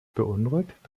beunruhigt